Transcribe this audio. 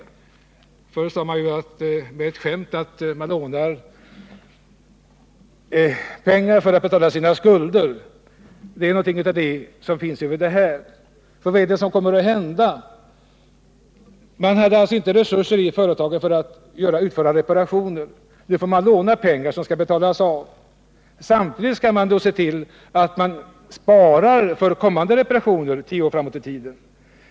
Det finns ett mera skämtsamt talesätt att man lånar pengar för att kunna betala sina skulder. Nr 56 Det är någonting av detta som finns med även här. Fredagen den Vad är det som kommer att hända? Företagen hade alltså inte resurser att 15 december 1978 kunna utföra reparationer. Nu får man låna pengar som skall betalas av, och samtidigt skall man se till att man sparar för kommande reparationer under Lån för underhåll tio år framåt i tiden.